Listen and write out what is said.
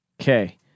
Okay